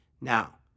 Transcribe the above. Now